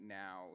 now